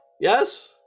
Yes